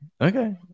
okay